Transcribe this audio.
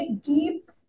deep